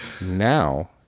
Now